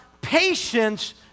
patience